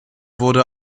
wurde